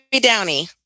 Downey